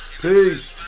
Peace